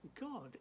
God